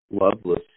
Loveless